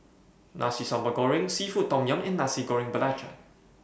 Nasi Sambal Goreng Seafood Tom Yum and Nasi Goreng Belacan